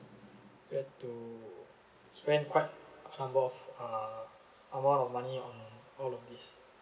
we have to spend quite a number of uh amount of money on all of these